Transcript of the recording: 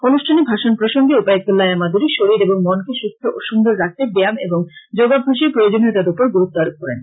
অনুষ্ঠানে ভাষণ প্রসঙ্গে উপায়ুক্ত লায়া মাদ্দুরী শরীর এবং মনকে সুস্থ ও সুন্দর রাখতে ব্যায়াম এবং যোগাভ্যাসের প্রয়োজনীয়তার উপর গুরুত্ব আরোপ করেন